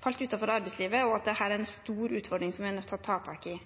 falt utenfor arbeidslivet, og at dette er en stor utfordring som vi er nødt til å ta tak i.